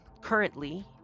currently